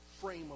frame